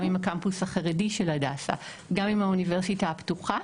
גם עם הקמפוס החרדי של הדסה וגם עם האוניברסיטה הפתוחה,